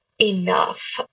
enough